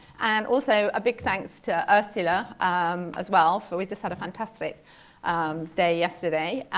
and also, a big thanks to ursula um as well, for we just had a fantastic day yesterday.